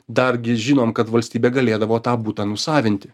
dargi žinom kad valstybė galėdavo tą butą nusavinti